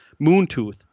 Moontooth